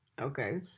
Okay